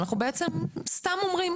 אנחנו סתם אומרים,